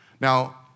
Now